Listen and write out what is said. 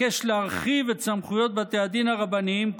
אבקש להרחיב את סמכויות בתי הדין הרבניים,